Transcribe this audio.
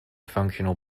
functional